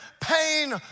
pain